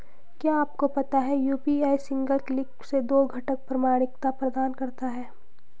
क्या आपको पता है यू.पी.आई सिंगल क्लिक से दो घटक प्रमाणिकता प्रदान करता है?